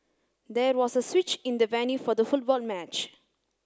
there was a switch in the venue for the football match